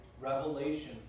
revelation